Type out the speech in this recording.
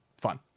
fun